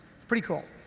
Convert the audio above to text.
it's pretty cool.